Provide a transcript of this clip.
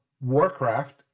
Warcraft